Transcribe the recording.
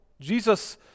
Jesus